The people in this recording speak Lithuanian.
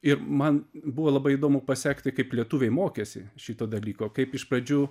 ir man buvo labai įdomu pasekti kaip lietuviai mokėsi šito dalyko kaip iš pradžių